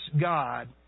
God